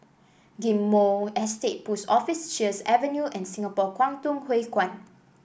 Ghim Moh Estate Post Office Sheares Avenue and Singapore Kwangtung Hui Kuan